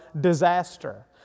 disaster